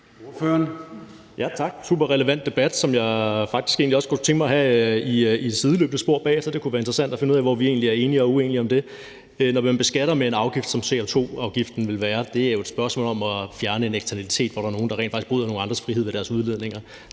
en superrelevant debat, som jeg faktisk egentlig også kunne tænke mig at have i et sideløbende spor bagefter. Det kunne være interessant at finde ud af, hvor vi egentlig er enige og uenige om det. Når man beskatter med en afgift, som CO2-afgiften vil være, er det jo et spørgsmål om at fjerne en eksternalitet, hvor der er nogen, der rent faktisk bryder nogle andres frihed ved deres udledninger.